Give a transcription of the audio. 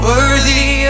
Worthy